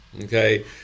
Okay